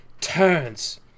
turns